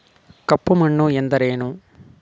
ಕಪ್ಪು ಮಣ್ಣು ಎಂದರೇನು?